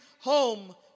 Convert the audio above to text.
home